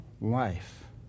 life